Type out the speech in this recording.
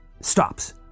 stops